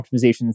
optimizations